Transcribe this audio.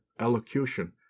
elocution